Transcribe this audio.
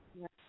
Yes